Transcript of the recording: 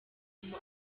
umu